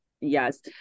Yes